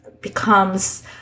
becomes